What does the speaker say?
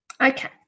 Okay